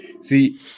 See